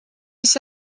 mis